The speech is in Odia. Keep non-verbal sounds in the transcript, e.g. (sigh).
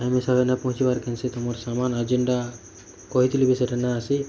ଟାଇମ୍ (unintelligible) ପହଞ୍ଚିବାର୍ କେନ୍ସି ତୁମର୍ ସାମାନ୍ ଆ ଯିନ୍ଟା କହିଥିଲି ବି ସେଟା ନା ଆସି